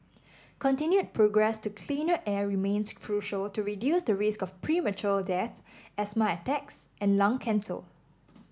continued progress to cleaner air remains crucial to reduce the risk of premature death asthma attacks and lung cancer